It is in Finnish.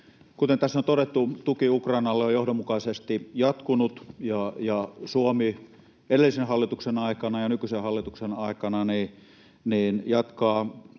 Kuten tässä on todettu, tuki Ukrainalle on johdonmukaisesti jatkunut ja Suomi edellisen hallituksen aikana ja nykyisen hallituksen aikana jatkaa